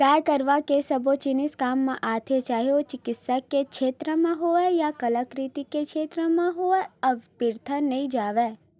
गाय गरुवा के सबो जिनिस काम म आथे चाहे ओ चिकित्सा के छेत्र म होय या कलाकृति के क्षेत्र म होय ओहर अबिरथा नइ जावय